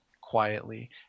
quietly